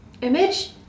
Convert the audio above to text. Image